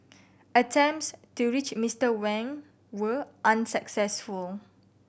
attempts to reach Mister Wang were unsuccessful